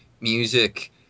music